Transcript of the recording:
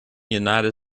united